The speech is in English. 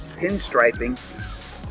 pinstriping